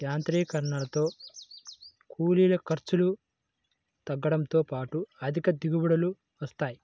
యాంత్రీకరణతో కూలీల ఖర్చులు తగ్గడంతో పాటు అధిక దిగుబడులు వస్తాయి